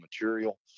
material